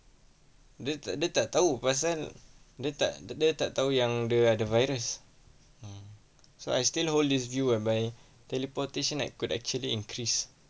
dia tak dia tak tahu pasal dia tak dia tak tahu yang dia ada virus mm so I stay over this view whereby teleportation ac~ could actually increase